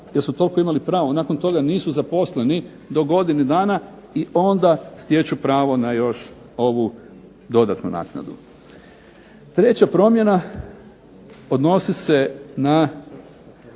jer su toliko imali pravo, nakon toga nisu zaposleni do godine dana i onda stječu pravo na još dodatnu naknadu. Treća promjena odnosi se na